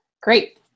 Great